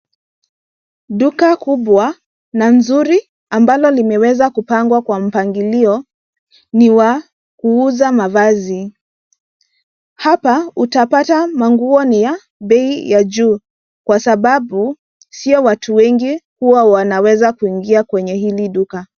Duka kubwa na nzuri ambalo limeweza kupangwa kwa mpangilio ni wa kuuza mavazi. Hapa utapata nguo ni ya bei ya juu kwa sababu sio watu wengi huwa wanaweza kuingia kwenye hili duka.